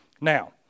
Now